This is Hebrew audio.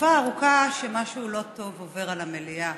תקופה ארוכה שמשהו לא טוב עובר על המליאה,